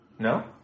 No